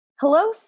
Hello